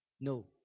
No